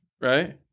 right